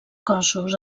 cossos